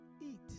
eat